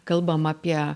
kalbam apie